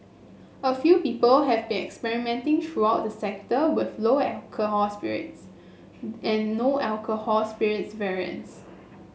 a few people have throughout the sector with lower alcohol spirits and no alcohol spirits variants